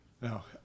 Now